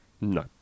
No